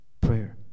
prayer